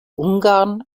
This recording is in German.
ungarn